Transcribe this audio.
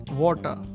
water